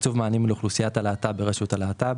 תקצוב מענים לאוכלוסיית הלהט"ב ברשות הלהט"ב,